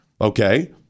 Okay